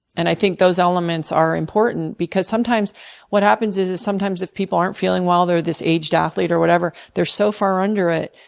and i think those elements are important because sometimes what happens is is sometimes if people aren't feeling well, they're this aged athlete or whatever, they're so far under it,